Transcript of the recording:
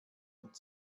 und